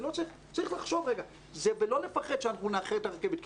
צריך לחשוב רגע ולא לפחד שאנחנו נאחר את הרכבת,